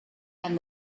and